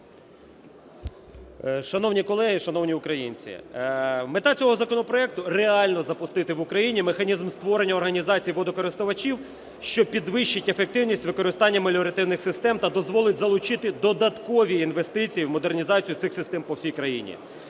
Шановні колеги, шановні українці! Мета цього законопроекту – реально запустити в Україні механізм створення організації водокористувачів, що підвищить ефективність використання меліоративних систем та дозволить залучити додаткові інвестиції в модернізацію цих систем по всій країні.